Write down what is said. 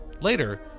Later